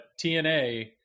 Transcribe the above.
TNA